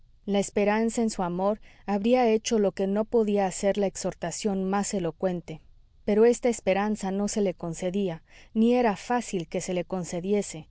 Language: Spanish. la esperanza en su amor habría hecho lo que no podía hacer la exhortación más elocuente pero esta esperanza no se le concedía ni era fácil que se le concediese